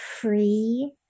free